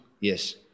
Yes